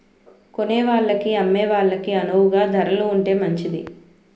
కొనేవాళ్ళకి అమ్మే వాళ్ళకి అణువుగా ధరలు ఉంటే మంచిది